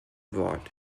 wort